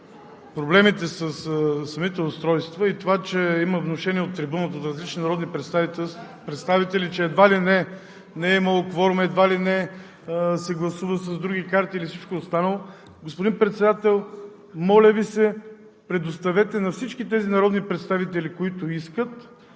проблемите със самите устройства и това, че има внушения от трибуната от различни народни представители, че едва ли не не е имало кворум, едва ли не се гласува с други карти и всичко останало, господин Председател, моля Ви, предоставете на всички тези народни представители, които искат